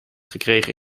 gekregen